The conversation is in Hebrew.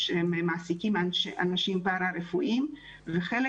במסגרות החינוך מעסיקים אנשים פרה-רפואיים וחלק